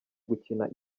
gukina